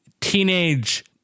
teenage